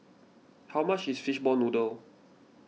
how much is Fishball Noodle